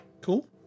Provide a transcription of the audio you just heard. Cool